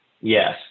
Yes